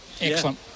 Excellent